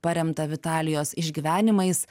paremta vitalijos išgyvenimais